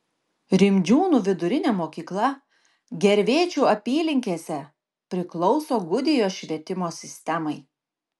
rimdžiūnų vidurinė mokykla gervėčių apylinkėse priklauso gudijos švietimo sistemai